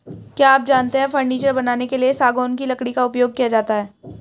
क्या आप जानते है फर्नीचर बनाने के लिए सागौन की लकड़ी का उपयोग किया जाता है